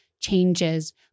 changes